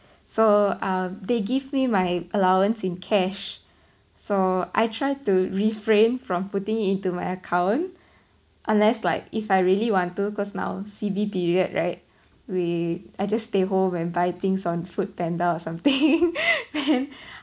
so uh they give me my allowance in cash so I try to refrain from putting it into my account unless like if I really want to cause now C_B period right we I just stay home and buy things on Foodpanda or something then